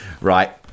Right